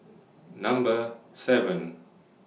Number seven